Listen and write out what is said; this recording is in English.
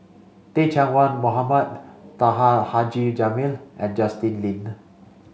Teh Cheang Wan Mohamed Taha Haji Jamil and Justin Lean